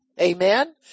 Amen